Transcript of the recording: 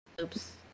Oops